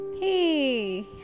hey